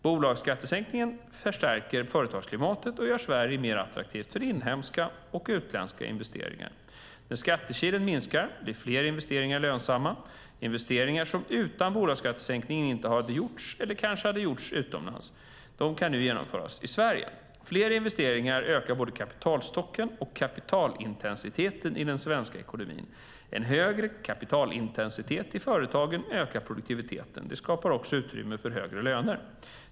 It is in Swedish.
Bolagsskattesänkningen stärker företagsklimatet och gör Sverige mer attraktivt för inhemska och utländska investeringar. När skattekilen minskar blir fler investeringar lönsamma. Investeringar som utan bolagsskattesänkningen inte hade gjorts eller kanske hade gjorts utomlands kan nu genomföras i Sverige. Fler investeringar ökar både kapitalstocken och kapitalintensiteten i den svenska ekonomin. En högre kapitalintensitet i företagen ökar produktiviteten. Det skapar också utrymme för högre löner.